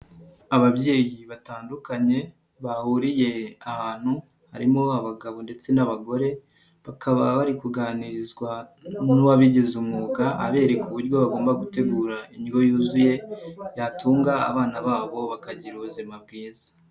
Ababyeyi batandukanye bahuriye ahantu harimo abagabo ndetse n'abagore, bakaba bari kuganirizwa n'uwabigize umwuga abereka uburyo bagomba gutegura indyo yuzuye, yatunga abana babo bakagira ubuzima bwiza.